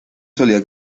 solía